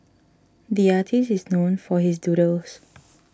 the artist is known for his doodles